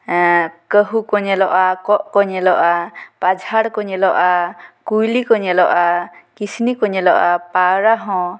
ᱠᱟᱹᱦᱩ ᱠᱚ ᱧᱮᱞᱚᱜᱼᱟ ᱠᱚᱸᱜ ᱠᱚ ᱧᱮᱞᱚᱜᱼᱟ ᱯᱟᱡᱷᱟᱲ ᱠᱚ ᱧᱮᱞᱚᱜᱼᱟ ᱠᱩᱭᱞᱤ ᱠᱚ ᱧᱮᱞᱚᱜᱼᱟ ᱠᱤᱥᱱᱤ ᱠᱚ ᱧᱮᱞᱚᱜᱼᱟ ᱯᱟᱣᱨᱟ ᱦᱚᱸ